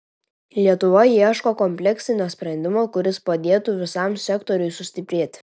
lietuva ieško kompleksinio sprendimo kuris padėtų visam sektoriui sustiprėti